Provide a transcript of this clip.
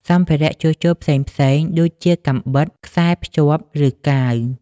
សម្ភារៈជួសជុលផ្សេងៗ ដូចជាកាំបិត ខ្សែរភ្ជាប់ ឬកាវ។